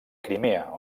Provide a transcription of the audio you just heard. crimea